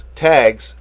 tags